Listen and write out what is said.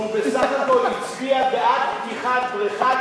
והוא בסך הכול הצביע בעד פתיחת בריכת